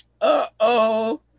Uh-oh